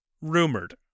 rumored